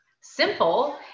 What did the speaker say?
simple